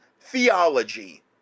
theology